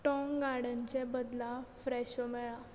टाँग गार्डनचे बदला फ्रॅशो मेळ्ळां